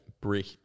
brick